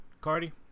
Cardi